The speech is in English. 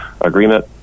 agreement